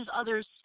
others